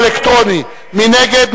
מי נגד?